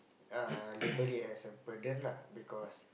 uh label it as a burden lah because